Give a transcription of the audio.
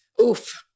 Oof